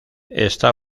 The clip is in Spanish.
está